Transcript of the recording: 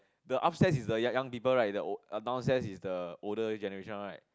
the upstairs is the young young people right the old the downstairs is the older generation one right